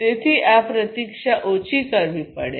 તેથી આ પ્રતીક્ષા ઓછી કરવી પડશે